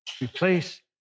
Replace